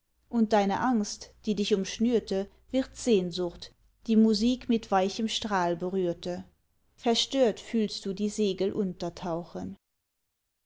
und deine angst die dich umschnürte wird sehnsucht die musik mit weichem strahl berührte verstört fühlst du die segel untertauchen